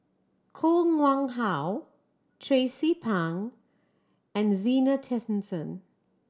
Koh Nguang How Tracie Pang and Zena Tessensohn